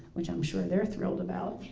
which i'm sure they're thrilled about,